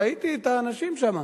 ראיתי את האנשים שם,